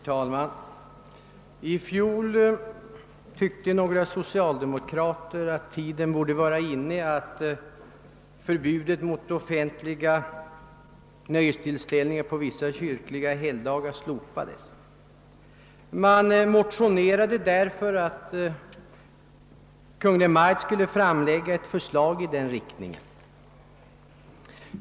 Herr talman! I fjol tyckte några socialdemokrater att tiden borde vara inne att slopa förbudet mot offentliga nöjestillställningar på vissa kyrkliga helgdagar. I motionen yrkades att Kungl. Maj:t skulle framlägga ett förslag i denna riktning.